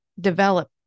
develop